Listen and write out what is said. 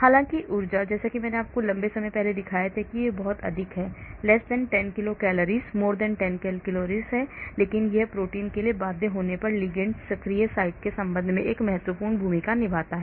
हालांकि ऊर्जा जैसा कि मैंने आपको लंबे समय पहले दिखाया था कि बहुत अधिक है 10 किलो कैलोरी लेकिन यह प्रोटीन के लिए बाध्य होने पर लिगैंड सक्रिय साइट के संबंध में एक महत्वपूर्ण भूमिका निभाता है